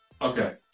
Okay